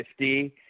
50